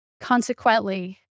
Consequently